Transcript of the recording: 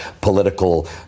political